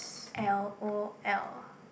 L_O_L